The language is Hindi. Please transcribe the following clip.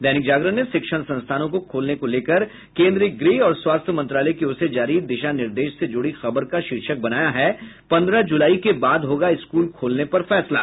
दैनिक जागरण ने शिक्षण संस्थानों को खोलने को लेकर केन्द्रीय गृह और स्वास्थ्य मंत्रालय की ओर से जारी दिशा निर्देश से जुड़ी खबर का शीर्षक बनाया है पन्द्रह जुलाई के बाद होगा स्कूल खोलने पर फैसला